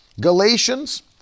Galatians